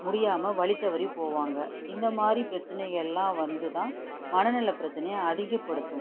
முடியாமல் வழித்தவறி போவாங்கள் இந்த மாதிரி பிரச்சினைகள் எல்லாம் வந்து தான் மனநல பிரச்சினையை அதிகப்படுத்தும்